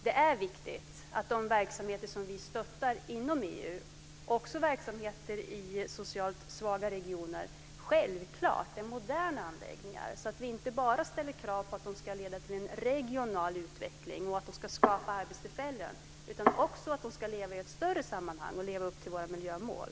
Det är självklart viktigt att de verksamheter som vi stöttar inom EU, också verksamheter i socialt svaga regioner, är moderna anläggningar, så att vi inte bara ställer krav på att de ska leda till regional utveckling och att de ska skapa arbetstillfällen. De ska också leva i ett större sammanhang och leva upp till våra miljömål.